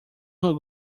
nos